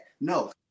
No